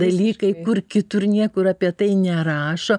dalykai kur kitur niekur apie tai nerašo